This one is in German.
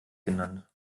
genannt